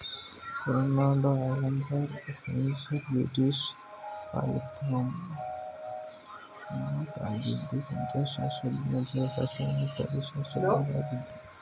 Ronald Aylmer Fisher British polymath ಆಗಿದ್ದು ಸಂಖ್ಯಾಶಾಸ್ತ್ರಜ್ಞ ಜೀವಶಾಸ್ತ್ರಜ್ಞ ತಳಿಶಾಸ್ತ್ರಜ್ಞರಾಗಿದ್ರು